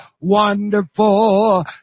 wonderful